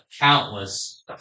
countless